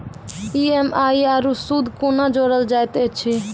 EMI आरू सूद कूना जोड़लऽ जायत ऐछि?